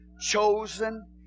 chosen